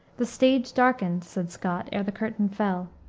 the stage darkened, said scott, ere the curtain fell.